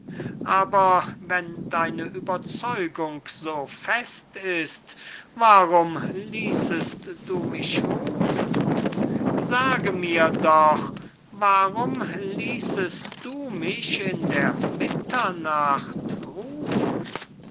aber wenn deine ueberzeugung so fest ist warum ließest du mich rufen sage mir doch warum ließest du mich in der mitternacht rufen